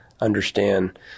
understand